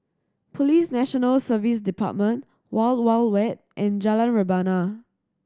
Police National Service Department Wild Wild Wet and Jalan Rebana